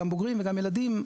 גם בוגרים וגם ילדים,